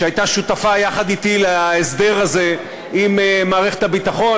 שהייתה שותפה יחד אתי להסדר הזה עם מערכת הביטחון,